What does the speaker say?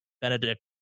Benedict